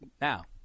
Now